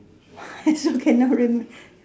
also cannot remember